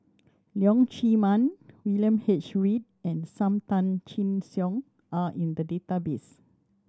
Leong Chee Mun William H Read and Sam Tan Chin Siong are in the database